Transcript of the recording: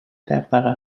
دغدغه